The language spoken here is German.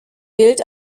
bild